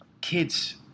kids